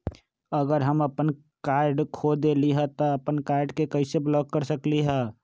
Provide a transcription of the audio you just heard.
अगर हम अपन कार्ड खो देली ह त हम अपन कार्ड के कैसे ब्लॉक कर सकली ह?